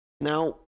Now